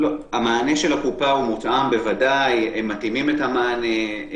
הם מתאימים את המענה.